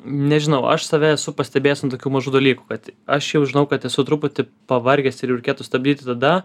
nežinau aš save esu pastebėjęs nu tokių mažų dalykų kad aš jau žinau kad esu truputį pavargęs ir jau reikėtų stabdyti tada